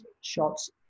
shots